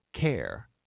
care